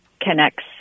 connects